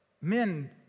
Men